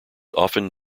often